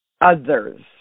others